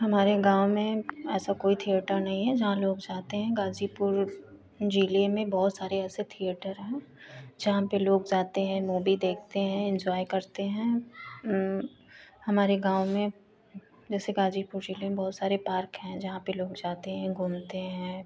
हमारे गाँव में ऐसा कोई थिएटर नही है जहाँ लोग जाते हैं गाज़ीपुर जिले में बहोत सारे ऐसे थिएटर हैं जहाँ पर लोग जाते हैं मूबी देखते हैं इन्जॉय करते हैं हमारे गाँव में जैसे गाजीपुर ज़िले में बहुत सारे पार्क हैं जहाँ पर लोग जाते हैं घूमते हैं